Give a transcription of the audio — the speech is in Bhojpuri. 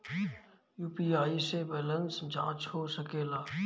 यू.पी.आई से बैलेंस जाँच हो सके ला?